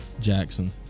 Jackson